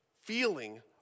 feeling